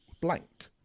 blank